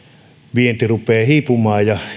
vienti rupeaa hiipumaan ja